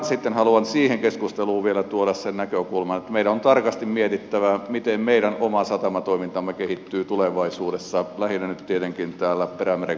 sitten haluan siihen keskusteluun vielä tuoda sen näkökulman että meidän on tarkasti mietittävä miten meidän oma satamatoimintamme kehittyy tulevaisuudessa lähinnä nyt tietenkin täällä perämerenkaaren alueella